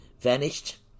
vanished